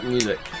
Music